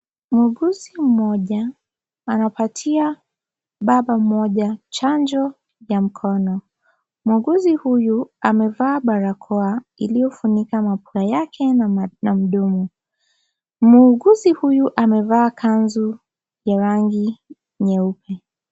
Muuguzi mmoja, anapatia baba mmoja chanjo ya mkono, muuguzi huyu amevaa barakoa, iliofunika mapua yake, na mdomo, muuguzi huyu amevaa kanzu, ya rangi, nyeupe,